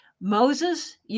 Moses